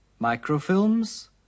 Microfilms